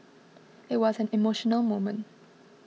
it was an emotional moment